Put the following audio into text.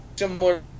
Similar